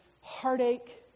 heartache